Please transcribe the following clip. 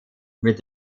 mit